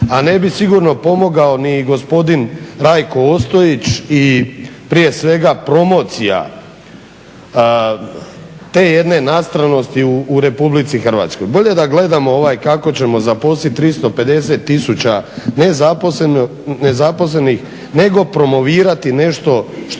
a ne bih sigurno pomogao ni gospodin Rajko Ostojić i prije svega promocija te jedne nastranosti u Republici Hrvatskoj. Bolje da gledamo kako ćemo zaposliti 350000 nezaposlenih nego promovirati nešto što